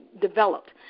developed